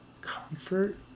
comfort